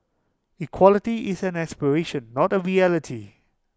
equality is an aspiration not A reality